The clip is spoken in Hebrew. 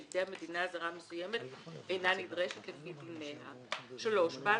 על ידי המדינה הזרה המסוימת אינה נדרשת לפי דיניה; בעל